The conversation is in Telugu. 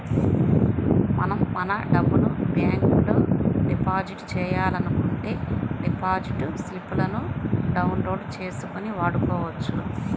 మనం మన డబ్బును బ్యాంకులో డిపాజిట్ చేయాలనుకుంటే డిపాజిట్ స్లిపులను డౌన్ లోడ్ చేసుకొని వాడుకోవచ్చు